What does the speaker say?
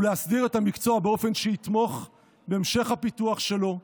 ולהסדיר את המקצוע באופן שיתמוך בהמשך הפיתוח שלו,